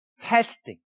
testing